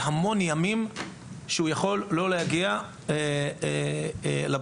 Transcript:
המון ימים שבהם הוא יכול להגיע לבסיס.